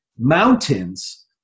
mountains